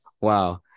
Wow